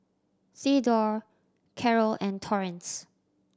Thedore Carol and Torrence